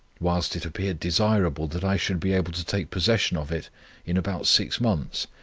whilst it appeared desirable that i should be able to take possession of it in about six months,